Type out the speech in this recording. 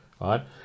right